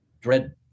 dread